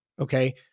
Okay